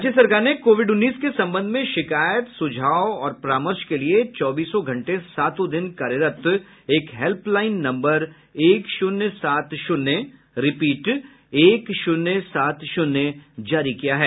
राज्य सरकार ने कोविड उन्नीस के संबंध में शिकायत सुझाव और परामर्श को लिए चौबीस घंटे सातों दिन कार्यरत एक हेल्प लाईन नम्बर एक शून्य सात शून्य रिपीट एक शून्य सात शून्य जारी किया है